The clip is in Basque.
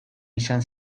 izan